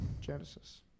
Genesis